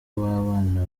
w’abana